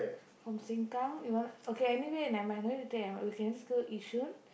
from SengKang you want okay anyway nevermind no need to take M_R~ we can just go Yishun